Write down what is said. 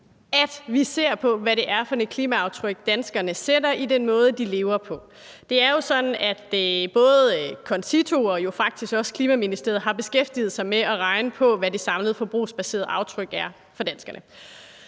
altså ser på, hvad det er for et klimaaftryk, danskerne afsætter ved den måde, de lever på. Det er jo sådan, at både CONCITO og faktisk også Klima-, Energi- og Forsyningsministeriet har beskæftiget sig med at regne på, hvad det samlede forbrugsbaserede aftryk er for danskerne.